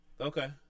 Okay